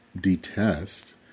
detest